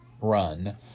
run